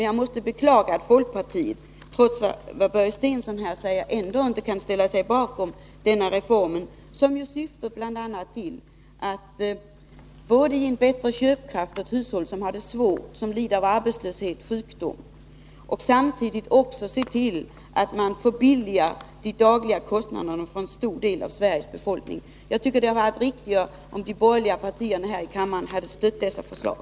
Jag måste beklaga att folkpartiet, trots vad Börje Stensson här säger, inte kan ställa sig bakom denna reform, som ju bl.a. syftar till att ge bättre köpkraft åt hushåll som har det svårt, som lider av arbetslöshet eller sjukdom, och samtidigt se till att man minskar de dagliga kostnaderna för en stor del av Sveriges befolkning. Jag tycker att det hade varit riktigare om de borgerliga partierna här i kammaren hade stött dessa förslag.